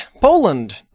Poland